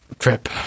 trip